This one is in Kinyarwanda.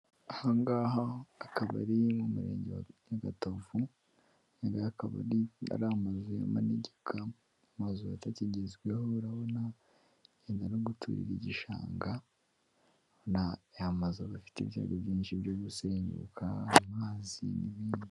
Ahangaha akabari mu Murenge wa Nyagatovu, aya akaba ari amazu y'amanegeka; amazu atakigezweho. Urabona nyina no guturira igishanga ni amazu aba afite ibyago byinshi byo gusenyuka, kubw'amazi n'ibindi.